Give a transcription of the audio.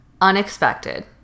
unexpected